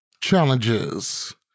Challenges